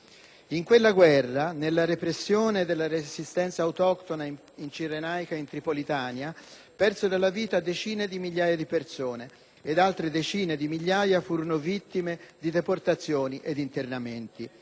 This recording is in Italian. In quella guerra, nella repressione della resistenza autoctona in Cirenaica e in Tripolitania, persero la vita decine di migliaia di persone ed altre decine di migliaia furono vittime di deportazioni ed internamenti.